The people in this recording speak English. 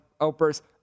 outburst